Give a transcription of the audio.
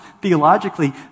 theologically